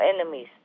enemies